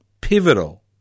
pivotal